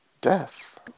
Death